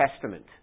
Testament